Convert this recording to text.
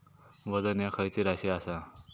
वजन ह्या खैची राशी असा?